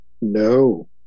No